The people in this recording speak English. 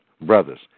brothers